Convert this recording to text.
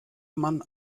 mann